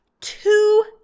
two